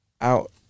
out